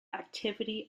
activity